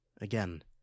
again